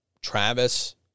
Travis